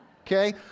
Okay